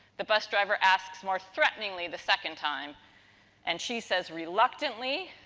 the bus driver asks more threateningly the second time and she says, reluctantly,